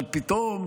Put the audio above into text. אבל פתאום,